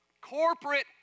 corporate